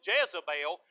Jezebel